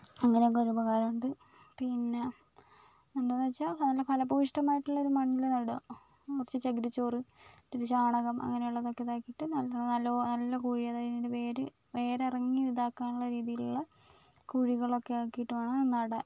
അങ്ങനെ ഒക്കെ ഒരു ഉപകാരമുണ്ട് പിന്നെ എന്താണെന്ന് വെച്ചാൽ നല്ല ഫലഭൂയിഷ്ടമായിട്ടുള്ള ഒരു മണ്ണിൽ നടുക കുറച്ച് ചകിരിച്ചോറ് ഇത്തിരി ചാണകം അങ്ങനെ ഉള്ളതൊക്കെ ഇതാക്കിയിട്ട് നല്ലവണ്ണം നല്ല കുഴി അതായത് അതിൻ്റെ വേര് വേരിറങ്ങി ഇതാകാനുള്ള രീതിയിലുള്ള കുഴികൾ ഒക്കെ ആക്കിയിട്ട് വേണം നടാൻ